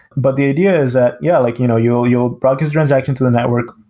but the idea is that, yeah, like you know you'll you'll broadcast transaction to the network.